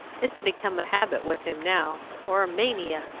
it's become a habit with him now, or a mania.